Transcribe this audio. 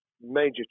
major